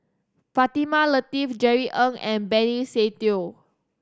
Fatimah Lateef Jerry Ng and Benny Se Teo